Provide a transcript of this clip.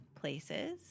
places